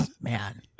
man